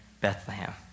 Bethlehem